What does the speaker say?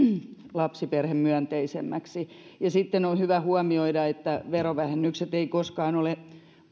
lapsiperhemyönteisemmäksi ja sitten on hyvä huomioida että myöskään verovähennykset eivät koskaan ole